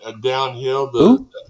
downhill